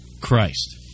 Christ